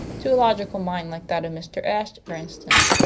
to a logical mind like that of mr. ashe, for instance.